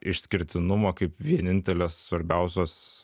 išskirtinumą kaip vienintelės svarbiausios